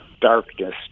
darkness